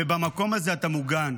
ובמקום הזה אתה מוגן.